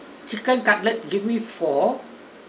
chicken cutlet give me four